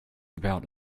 about